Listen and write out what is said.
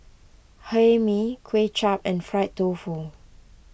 Hae Mee Kuay Chap and Fried Tofu